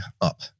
up